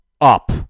up